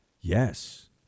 Yes